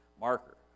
marker